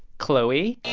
khloe?